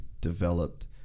developed